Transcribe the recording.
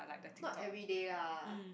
not every day lah